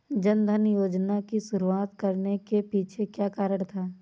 जन धन योजना की शुरुआत करने के पीछे क्या कारण था?